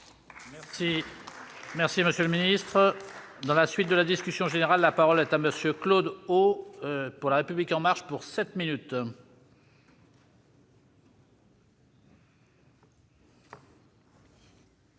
Si merci monsieur le ministre. Dans la suite de la discussion générale, la parole est à monsieur Claude au pour la République en marche pour 7 minutes. Monsieur